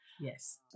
Yes